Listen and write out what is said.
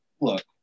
look